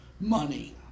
money